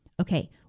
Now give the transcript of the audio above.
okay